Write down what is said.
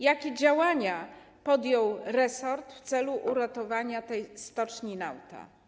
Jakie działania podjął resort w celu uratowania stoczni Nauta?